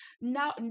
now